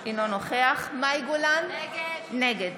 אינו נוכח מאי גולן, נגד